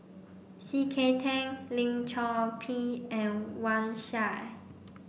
C K Tang Lim Chor Pee and Wang Sha